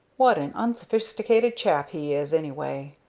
what an unsophisticated chap he is, anyway.